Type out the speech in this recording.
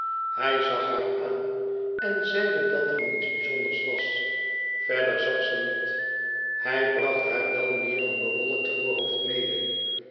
hij zag haar aan en zeide dat er niets bizonders was verder zag ze niet hij bracht haar wel meer een bewolkt voorhoofd mede